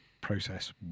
process